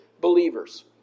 believers